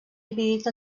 dividit